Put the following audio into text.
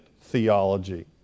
theology